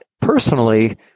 personally